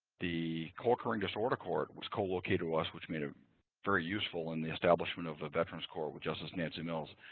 the co-occurring disorder court was co-located with us, which made it very useful in the establishment of a veterans court with justice nancy mills